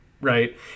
right